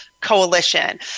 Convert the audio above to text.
Coalition